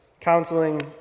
counseling